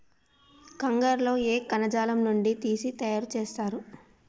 కంగారు లో ఏ కణజాలం నుండి తీసి తయారు చేస్తారు?